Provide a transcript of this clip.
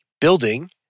building